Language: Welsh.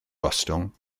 gostwng